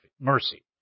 mercy